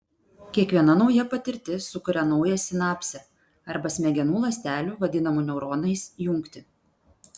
kiekviena nauja patirtis sukuria naują sinapsę arba smegenų ląstelių vadinamų neuronais jungtį